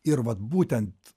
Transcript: ir vat būtent